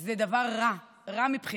זה דבר רע, רע מבחינתי.